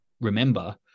remember